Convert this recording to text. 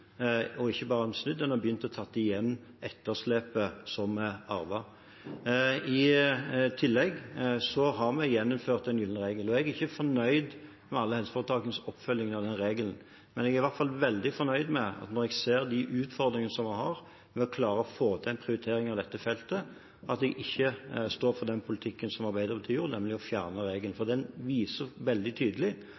og ikke bare er den snudd, den har begynt å ta igjen etterslepet som vi arvet. I tillegg har vi gjeninnført «den gylne regel». Jeg er ikke fornøyd med alle helseforetakenes oppfølging av denne regelen, men jeg er i hvert fall veldig fornøyd med, når jeg ser de utfordringene vi har med å klare å få til en prioritering av dette feltet, at jeg ikke står for den politikken som Arbeiderpartiet førte, nemlig å fjerne regelen, for